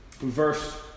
Verse